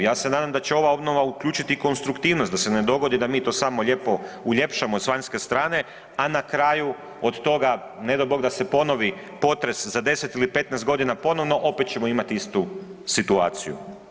Ja se nadam da će ova obnova uključiti i konstruktivnost, da se ne dogodi da mi to samo lijepo uljepšamo sa vanjske strane, a na kraju od toga ne dao Bog da se ponovi potres za 10 ili 15 godina ponovno opet ćemo imati istu situaciju.